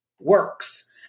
works